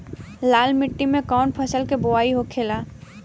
लाल मिट्टी में कौन फसल के बोवाई होखेला?